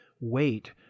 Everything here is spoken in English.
wait